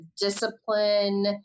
discipline